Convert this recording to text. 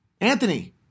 Anthony